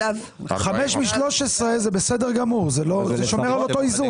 5 מ-13 זה בסדר גמור, זה שומר על אותו איזון.